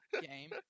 game